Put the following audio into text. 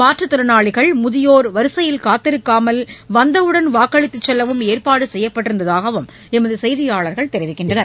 மாற்றுத்திறனாளிகள் முதியோா் வரிசையில் காத்திருக்காமல் வந்தவுடன் வாக்களித்துச் செல்லவும் ஏற்பாடுசெய்யப்பட்டிருந்ததாகவும் எமதுசெய்தியாளர்கள் தெரிவிக்கின்றனர்